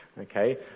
Okay